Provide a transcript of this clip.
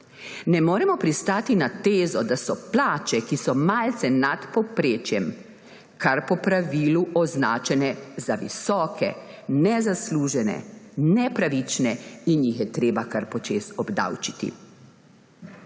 Ne moremo pristati na tezo, da so plače, ki so malce nad povprečjem, kar po pravilu označene za visoke, nezaslužene, nepravične in jih je treba kar počez obdavčiti.